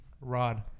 Rod